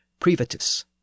privatus